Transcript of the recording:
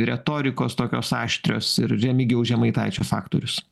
retorikos tokios aštrios ir remigijaus žemaitaičio faktorius